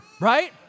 right